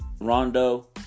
Rondo